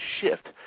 shift